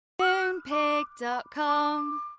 Moonpig.com